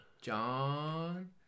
John